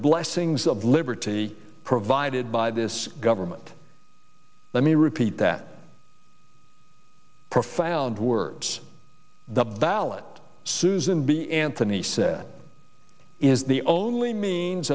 blessings of liberty provided by this government let me repeat that profound words the ballot susan b anthony said is the only means